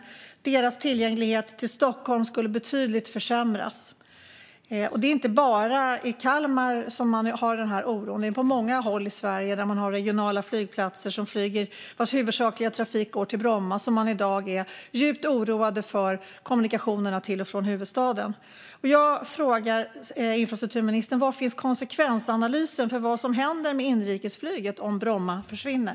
Regionens tillgänglighet till Stockholm skulle betydligt försämras. Och det är inte bara i Kalmar man har den här oron. På många håll i Sverige där man har regionala flygplatser vars huvudsakliga trafik går till Bromma är man i dag djupt oroad över kommunikationerna till och från huvudstaden. Jag frågar infrastrukturministern: Var finns konsekvensanalysen när det gäller vad som händer med inrikesflyget om Bromma försvinner?